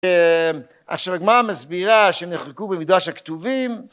עכשיו הגמרא מסבירה שהם נחלקו במדרש הכתובים